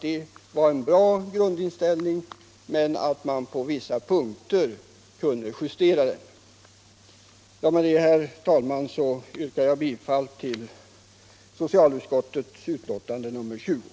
Det var en bra grundinställning, men på vissa punkter kunde man justera den. Med detta, herr talman, yrkar jag bifall till socialutskottets hemställan.